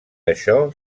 això